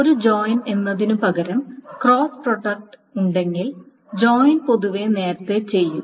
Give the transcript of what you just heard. ഒരു ജോയിൻ എന്നതിനുപകരം cross product ഉണ്ടെങ്കിൽ ജോയിൻ പൊതുവെ നേരത്തെ ചെയ്യും